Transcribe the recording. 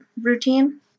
routine